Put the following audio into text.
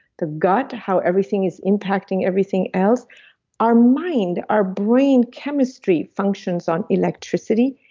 the gut, how everything is impacting everything else our mind, our brain chemistry functions on electricity.